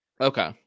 Okay